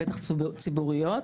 בטח ציבוריות.